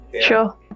sure